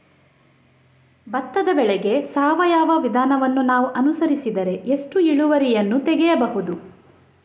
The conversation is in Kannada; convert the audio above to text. ಭತ್ತದ ಬೆಳೆಗೆ ಸಾವಯವ ವಿಧಾನವನ್ನು ನಾವು ಅನುಸರಿಸಿದರೆ ಎಷ್ಟು ಇಳುವರಿಯನ್ನು ತೆಗೆಯಬಹುದು?